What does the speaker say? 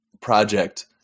project